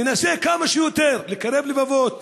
ננסה כמה שיותר לקרב לבבות,